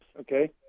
okay